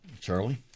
Charlie